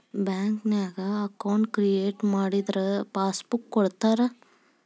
ಬ್ಯಾಂಕ್ನ್ಯಾಗ account create ಮಾಡಿದರ passbook ಕೊಡ್ತಾರಾ